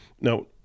Now